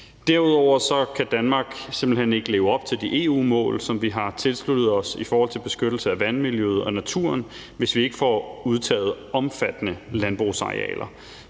Derudover kan Danmark simpelt hen ikke leve op til de EU-mål, vi har tilsluttet os i forhold til beskyttelse af vandmiljøet og naturen, hvis vi ikke får udtaget omfattende landbrugsarealer.